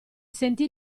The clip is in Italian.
sentì